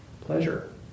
pleasure